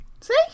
See